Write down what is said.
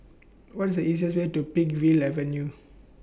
What IS The easiest Way to Peakville Avenue